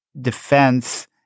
defense